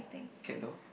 cat door